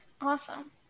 Awesome